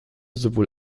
sowohl